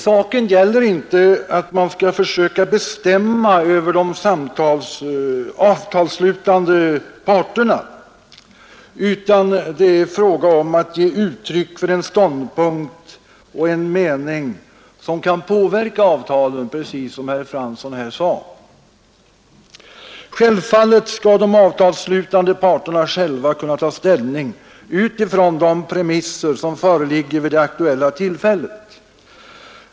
Saken gäller inte att försöka bestämma över de avtalsslutande parterna, utan vad det är fråga om är att ge uttryck för en ståndpunkt och en mening som kan påverka avtalen, precis som herr Fransson här sade. Naturligtvis skall de avtalsslutande parterna själva kunna ta ställning utifrån de premisser som föreligger vid det aktuella tillfället.